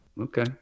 Okay